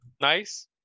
Nice